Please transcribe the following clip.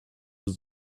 was